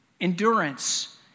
endurance